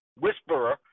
whisperer